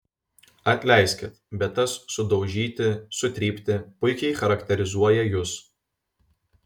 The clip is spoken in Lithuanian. atleiskit bet tas sudaužyti sutrypti puikiai charakterizuoja jus